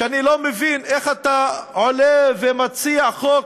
שאני לא מבין איך אתה עולה ומציע חוק,